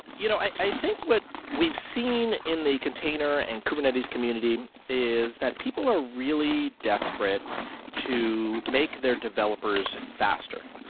you know i i think what we've seen in the container and kubernetes community is that people are really desperate to make their developers faster.